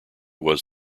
was